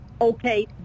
Okay